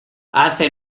hace